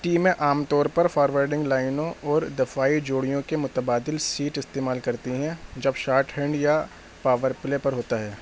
ٹیمیں عام طور پر فارورڈنگ لائنوں اور دفاعی جوڑیوں کے متبادل سیٹ استعمال کرتی ہیں جب شاٹ ہینڈ یا پاور پلے پر ہوتا ہے